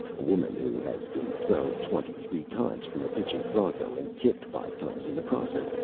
a woman who has been thrown twenty-three times from a pitching bronco and kicked five times in the process,